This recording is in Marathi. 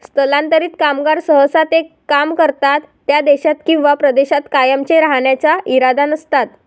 स्थलांतरित कामगार सहसा ते काम करतात त्या देशात किंवा प्रदेशात कायमचे राहण्याचा इरादा नसतात